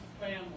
family